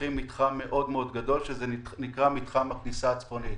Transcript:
פותחים מתחם גדול מאוד שנקרא מתחם הכניסה הצפונית.